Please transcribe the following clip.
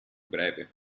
breve